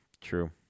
true